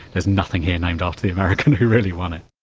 there's nothing here named after the american who really won it.